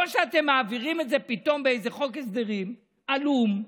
לא שאתם מעבירים את זה פתאום באיזה חוק הסדרים עלום,